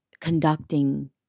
conducting